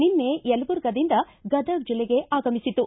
ನಿನ್ನೆ ಯಲಬುರ್ಗಾದಿಂದ ಗದಗ ಜೆಲ್ಲೆಗೆ ಆಗಮಿಸಿತು